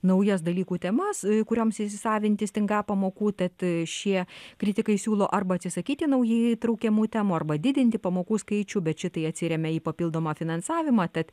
naujas dalykų temas kurioms įsisavinti stingą pamokų tad šie kritikai siūlo arba atsisakyti naujai įtraukiamų temų arba didinti pamokų skaičių bet šitai atsiremia į papildomą finansavimą tad